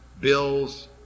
bills